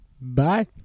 Bye